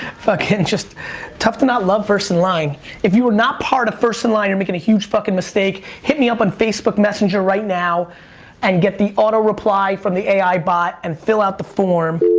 fuckin' just tough to not love first in line. if you are not part of first in line, you're making a huge fuckin' mistake. hit me up on facebook messenger right now and get the auto reply from the ai bot and fill out the form.